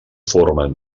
formen